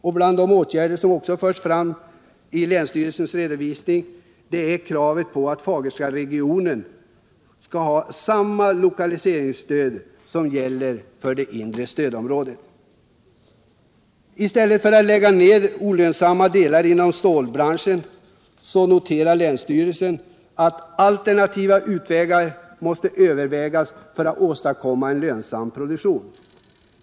Ett av de krav som förs fram i redovisningen är att Fagerstaregionen skall få samma lokaliseringsstöd som det inre stödområdet. I stället för att lägga ned olönsamma delar av stålbranschen vill länsstyrelsen att alternativa utvägar övervägs för att åstadkomma en lönsam produktion.